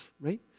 right